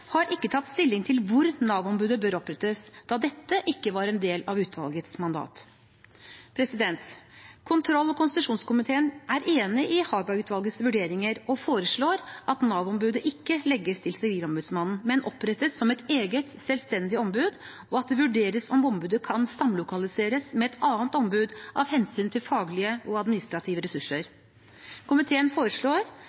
har ikke tatt stilling til hvor Nav-ombudet bør opprettes, da dette ikke var en del av utvalgets mandat. Kontroll- og konstitusjonskomiteen er enig i Harberg-utvalgets vurderinger og foreslår at Nav-ombudet ikke legges til Sivilombudet, men opprettes som et eget, selvstendig ombud, og at det vurderes om ombudet kan samlokaliseres med et annet ombud, av hensyn til faglige og administrative ressurser.